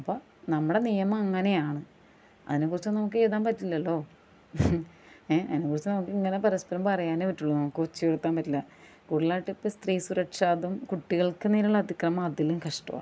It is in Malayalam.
അപ്പം നമ്മുടെ നിയമം അങ്ങനെയാണ് അതിനെക്കുറിച്ചൊന്നും നമുക്കെഴുതാൻ പറ്റില്ലല്ലോ ഏ അതിനെക്കുറിച്ച് നമുക്കിങ്ങനെ പരസ്പരം പറയാനേ പറ്റുകയുള്ളു നമുക്ക് ഒച്ച ഉയർത്താൻ പറ്റില്ല കൂടുതലായിട്ടിപ്പോൾ സ്ത്രീസുരക്ഷ അതും കുട്ടികൾക്ക് മേലുള്ള അതിക്രമം അതിലും കഷ്ടമാണ്